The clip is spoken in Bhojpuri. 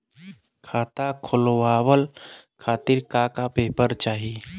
खाता खोलवाव खातिर का का पेपर चाही?